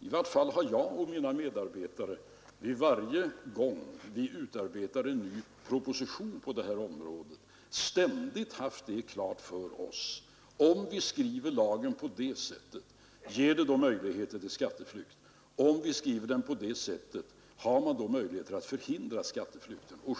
I vart fall har jag och mina medarbetare varje gång vi utarbetar en ny proposition på det här området ställt oss dessa frågor: Om vi skriver lagen på det sättet, ger det då möjligheter till skatteflykt? Om vi skriver den på det sättet, har man då möjligheter att förhindra skatteflykt?